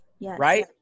right